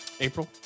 April